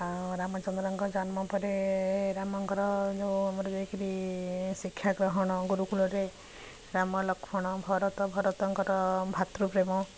ଆଉ ରାମଚନ୍ଦ୍ରଙ୍କ ଜନ୍ମ ପରେ ରାମଙ୍କର ଯେଉଁ ଆମର ଯାଇକିରି ଶିକ୍ଷା ଗ୍ରହଣ ଗୁରୁକୂଳରେ ରାମ ଲକ୍ଷ୍ମଣ ଭରତ ଭରତଙ୍କର ଭାତୃ ପ୍ରେମ